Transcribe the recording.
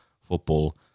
football